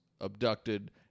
abducted